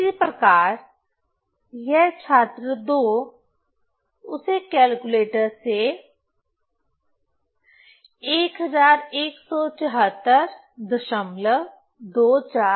इसी प्रकार यह छात्र 2 उसे कैलकुलेटर से 1174241375 परिणाम मिलेगा